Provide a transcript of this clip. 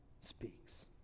speaks